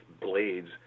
blades